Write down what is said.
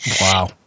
Wow